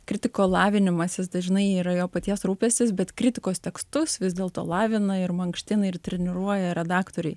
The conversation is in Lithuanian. kritiko lavinimasis dažnai yra jo paties rūpestis bet kritikos tekstus vis dėl to lavina ir mankština ir treniruoja redaktoriai